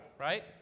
right